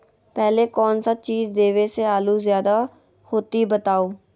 पहले कौन सा चीज देबे से आलू ज्यादा होती बताऊं?